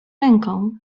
ręką